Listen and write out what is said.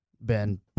Ben